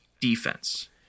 defense